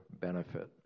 benefit